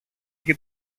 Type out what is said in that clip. και